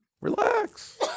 relax